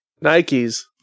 Nike's